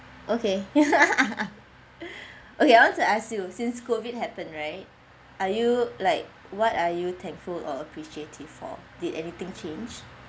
okay okay I want to ask you since COVID happened right are you like what are you thankful or appreciative for did anything change